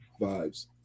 vibes